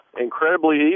incredibly